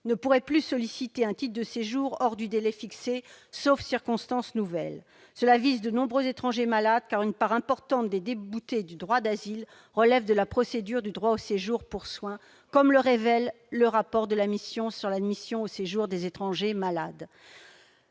ne pourrait plus solliciter un titre de séjour hors du délai fixé, sauf « circonstances nouvelles ». Cela vise de nombreux étrangers malades, car une part importante des déboutés du droit d'asile relèvent de la procédure du droit au séjour pour soins, comme le révèle le rapport sur l'admission au séjour des étrangers malades.